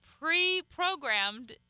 pre-programmed